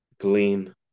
glean